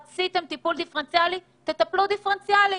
רציתם טיפול דיפרנציאלי, תטפלו דיפרנציאלי.